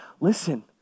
Listen